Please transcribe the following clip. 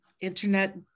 internet